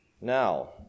Now